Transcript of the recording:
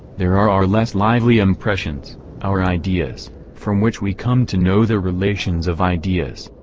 there are our less lively impressions our ideas from which we come to know the relations of ideas.